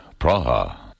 Praha